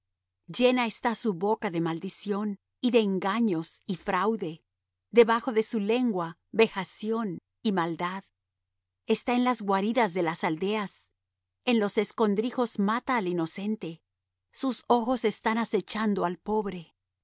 llena está su boca de maldición y de engaños y fraude debajo de su lengua vejación y maldad está en las guaridas de las aldeas en los escondrijos mata al inocente sus ojos están acechando al pobre